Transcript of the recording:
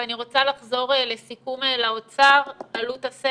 ואני רוצה לחזור לסיכום לאוצר, עלות הסגר.